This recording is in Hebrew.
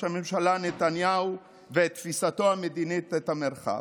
הממשלה נתניהו ואת תפיסתו המדינית את המרחב.